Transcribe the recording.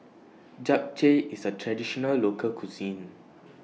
Japchae IS A Traditional Local Cuisine